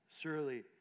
Surely